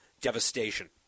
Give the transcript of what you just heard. devastation